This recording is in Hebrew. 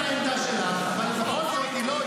אני מעריך את העמדה שלך אבל את לא היחידה,